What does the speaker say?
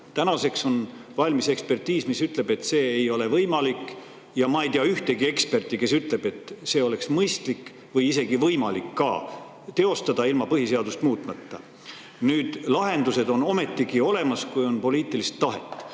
Tänaseks on valmis ekspertiis, mis ütleb, et see ei ole võimalik, ja ma ei tea ühtegi eksperti, kes oleks öelnud, et seda oleks mõistlik või isegi võimalik teostada ilma põhiseadust muutmata. Nüüd, lahendused on ometigi olemas, kui on poliitilist tahet: